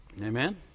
Amen